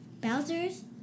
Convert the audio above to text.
Bowser's